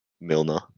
Milner